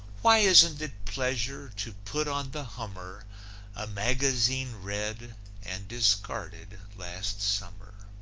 why isn't it pleasure to put on the hummer a magazine read and discarded last summer?